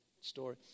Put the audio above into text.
story